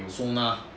sonar